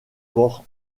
port